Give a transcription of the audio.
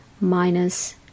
minus